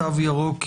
הקורונה החדש (הוראת שעה) (תו ירוק לעובדים)